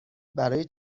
برای